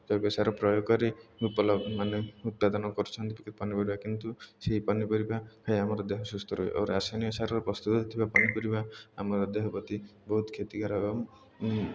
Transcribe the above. ଜୈବିକ ସାର ପ୍ରୟୋଗ କରି ମାନେ ଉତ୍ପାଦନ କରୁଛନ୍ତି ପନିପରିବା କିନ୍ତୁ ସେଇ ପନିପରିବା ଖାଇ ଆମର ଦେହ ସୁସ୍ଥ ରହିବ ଆଉ ରାସାୟନିକ ସାର ପ୍ରସ୍ତୁତ ଥିବା ପନିପରିବା ଆମର ଦେହ ପ୍ରତି ବହୁତ କ୍ଷତିକାରକ ଏବଂ